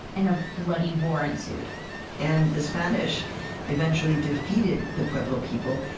and a bloody war ensued and the spanish eventually defeated the pueblo people,